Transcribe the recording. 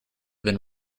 been